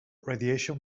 radiation